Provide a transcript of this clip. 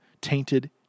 tainted